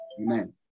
Amen